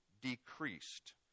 decreased